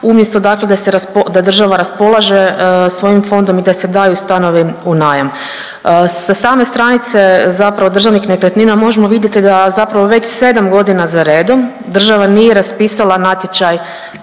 umjesto dakle da se, da država raspolaže svojim fondom i da se daju stanovi u najam. Sa same stranice zapravo Državnih nekretnina možemo vidjeti da zapravo već 7 godina za redom država nije raspisala natječaj